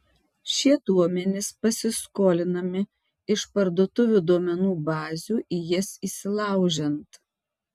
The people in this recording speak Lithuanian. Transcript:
šie duomenys pasiskolinami iš parduotuvių duomenų bazių į jas įsilaužiant